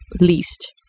least